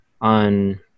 on